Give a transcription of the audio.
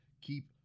keep